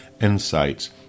insights